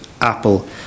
Apple